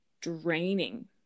draining